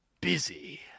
busy